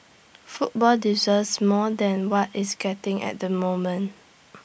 football deserves more than what it's getting at the moment